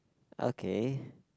okay